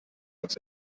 was